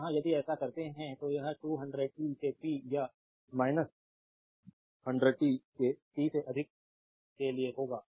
तो यहां यदि ऐसा करते हैं तो यह 200 e से पी या 100 t के t से अधिक के लिए होगा